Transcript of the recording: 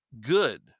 good